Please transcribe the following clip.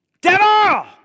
devil